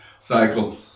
cycle